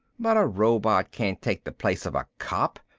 but a robot can't take the place of a cop,